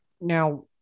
Now